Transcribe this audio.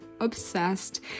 obsessed